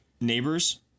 Neighbors